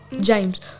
James